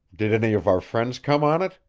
did any of our friends come on it?